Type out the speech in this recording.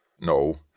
No